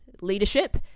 leadership